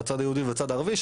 בצד היהודי ובצד הערבי,